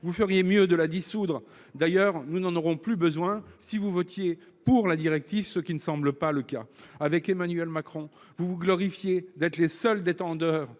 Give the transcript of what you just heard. Vous feriez mieux de la dissoudre. D’ailleurs, nous n’en aurons plus besoin si vous votez pour la directive, ce qui ne semble être le cas. Avec Emmanuel Macron, vous vous glorifiez d’être les seuls détenteurs